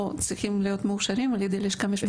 שצריכים להיות מאושרים על ידי הלשכה המשפטית.